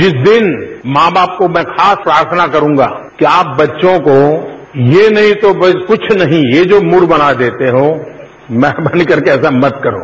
जिस दिन मां बाप को मैं खास प्रार्थना करूंगा कि आप बच्चों को ये नहीं तो भई कुछ नहीं ये जो मूड बना देते हो मेहरबानी करके ऐसा मत करो